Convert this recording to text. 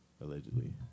Allegedly